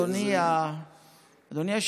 לא, יש מרכיבים.